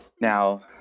Now